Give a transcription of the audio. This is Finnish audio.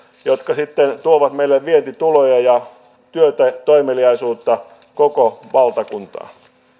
jotka sitten tuovat meille vientituloja työtä ja toimeliaisuutta koko valtakuntaan